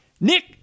Nick